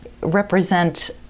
represent